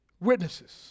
witnesses